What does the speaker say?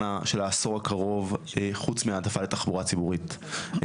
של העשור הקרוב חוץ מהעדפה לתחבורה ציבורית,